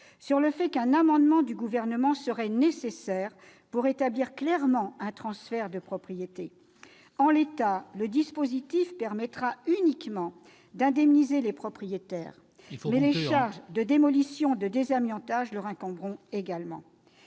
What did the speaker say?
sur le fait qu'un amendement du Gouvernement serait nécessaire pour établir clairement un transfert de propriété. En l'état, le dispositif permettra uniquement d'indemniser les propriétaires. Il faut conclure, ma chère collègue. Les charges de démolition et de désamiantage leur incomberont également.